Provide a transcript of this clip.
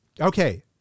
Okay